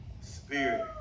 spirit